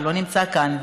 שלא נמצא כאן,